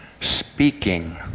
speaking